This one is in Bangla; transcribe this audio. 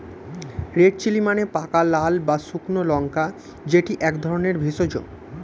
রেড চিলি মানে পাকা লাল বা শুকনো লঙ্কা যেটি এক ধরণের ভেষজ